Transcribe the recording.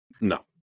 No